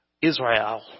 Israel